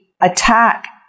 attack